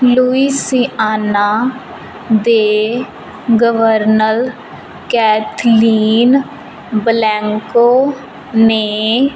Louisiana ਦੇ governor Kathleen Blanco ਨੇ